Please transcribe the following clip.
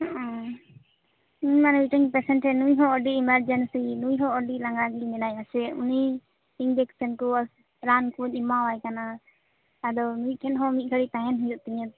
ᱚᱻ ᱤᱧᱢᱟ ᱱᱤᱛᱳᱜ ᱯᱮᱥᱮᱱᱴ ᱴᱷᱮᱱ ᱱᱩᱭ ᱦᱚᱸ ᱟᱹᱰᱤ ᱮᱢᱟᱨᱡᱮᱱᱥᱤ ᱱᱩᱭ ᱦᱚᱸ ᱟᱹᱰᱤ ᱞᱟᱸᱜᱟ ᱜᱮ ᱢᱮᱱᱟᱭᱟ ᱥᱮ ᱩᱱᱤ ᱤᱧᱡᱮᱠᱥᱮᱱ ᱠᱚ ᱨᱟᱱ ᱠᱚᱧ ᱮᱢᱟᱣᱟᱭ ᱠᱟᱱᱟ ᱟᱫᱚ ᱱᱩᱭ ᱴᱷᱮᱱ ᱦᱚᱸ ᱢᱤᱫ ᱜᱷᱟᱲᱤᱡ ᱛᱟᱦᱮᱱ ᱦᱩᱭᱩᱩᱜ ᱛᱤᱧᱟᱹ